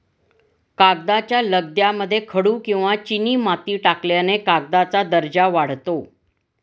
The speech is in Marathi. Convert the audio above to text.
कागदाच्या लगद्यामध्ये खडू किंवा चिनीमाती टाकल्याने कागदाचा दर्जा वाढतो